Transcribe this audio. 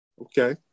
Okay